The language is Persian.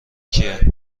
کیه